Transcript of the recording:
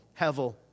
Hevel